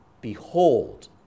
Behold